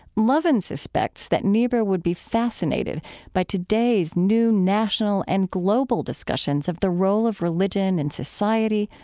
lovin suspects that niebuhr would be fascinated by today's new national and global discussions of the role of religion in society,